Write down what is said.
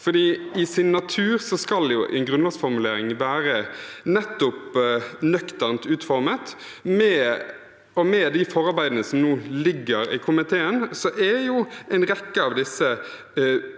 I sin natur skal en grunnlovsformulering være nettopp nøkternt utformet, og med de forarbeidene som ligger hos komiteen, er en rekke av